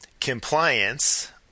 compliance